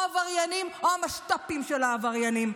או עבריינים או המשת"פים של העבריינים.